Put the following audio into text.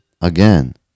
Again